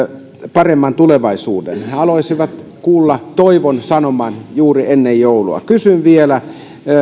paremman tulevaisuuden he he haluaisivat kuulla toivon sanoman juuri ennen joulua kysyn vielä